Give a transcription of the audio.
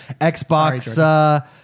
Xbox